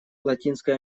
латинской